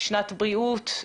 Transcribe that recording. שנת בריאות,